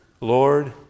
Lord